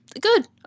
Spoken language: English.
Good